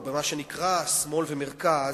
במה שנקרא שמאל ומרכז,